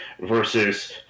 versus